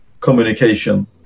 communication